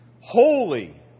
holy